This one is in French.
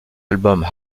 album